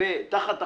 תחת החופה,